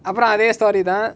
அப்ரோ அதே:apro athe story தா:tha